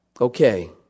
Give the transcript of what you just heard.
Okay